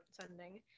sending